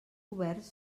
governs